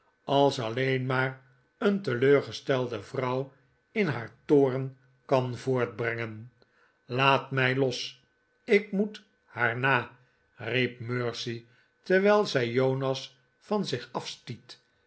als alleen maar een teleurgestelde vrouw in haar toorn kan voortbrengen laat mij los ik moet haar na riep mercy terwijl zij jonas van zich